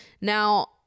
Now